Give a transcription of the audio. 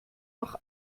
noch